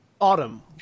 Autumn